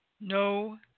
no